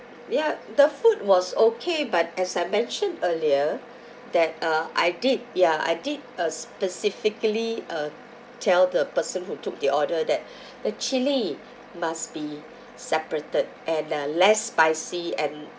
ya the food was okay but as I mentioned earlier that uh I did ya I did uh specifically uh tell the person who took the order that the chilli must be separated and uh less spicy and